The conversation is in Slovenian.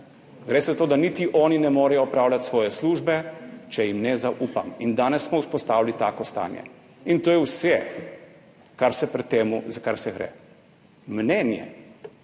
gre za to, da niti oni ne morejo opravljati svoje službe, če jim ne zaupam. In danes smo vzpostavili tako stanje in to je vse, za kar pri tem gre. Mnenje